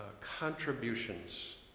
contributions